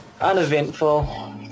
Uneventful